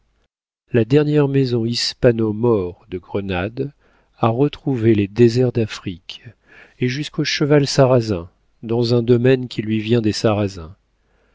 vengeances la dernière maison hispano maure de grenade a retrouvé les déserts d'afrique et jusqu'au cheval sarrasin dans un domaine qui lui vient des sarrasins